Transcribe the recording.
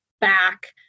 back